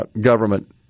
government